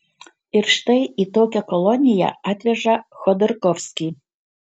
ir štai į tokią koloniją atveža chodorkovskį